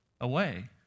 away